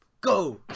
Go